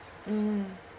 mm